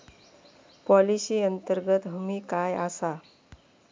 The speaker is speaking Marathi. पॉलिसी अंतर्गत हमी काय आसा?